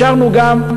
אפשרנו גם,